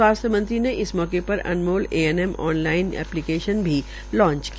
स्वास्थ्य मंत्री ने इस मौके पर ANMOL ANM online operation भी लांच की